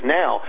now